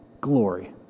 glory